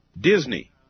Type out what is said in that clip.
Disney